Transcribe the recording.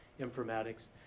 informatics